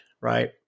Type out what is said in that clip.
Right